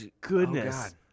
goodness